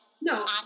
No